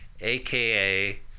AKA